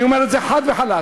אני אומר את זה חד וחלק.